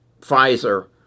Pfizer